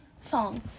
song